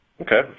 Okay